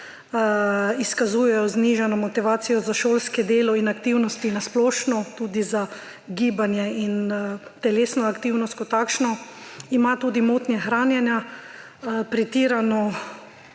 izkazujejo znižano motivacijo za šolske delo in aktivnosti na splošno, tudi za gibanje in telesno aktivnost kot takšno. Ima tudi motnje hranjena, pretirano